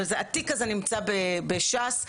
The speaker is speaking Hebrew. שהתיק הזה נמצא בש"ס,